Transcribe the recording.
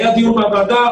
היה דיון בוועדה,